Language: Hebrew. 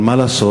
אבל מה לעשות,